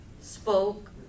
spoke